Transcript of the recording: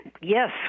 Yes